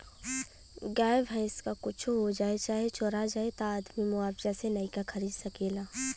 गाय भैंस क कुच्छो हो जाए चाहे चोरा जाए त आदमी मुआवजा से नइका खरीद सकेला